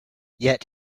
yet